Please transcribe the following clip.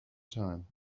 time